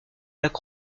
lac